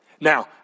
Now